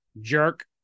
jerk